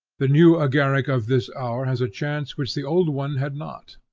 the new agaric of this hour has a chance which the old one had not.